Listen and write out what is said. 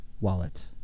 wallet